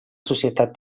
societat